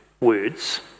words